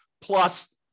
plus